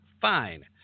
fine